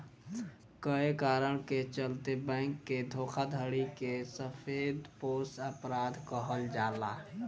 कए कारण के चलते बैंक के धोखाधड़ी के सफेदपोश अपराध कहल जाला